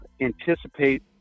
anticipate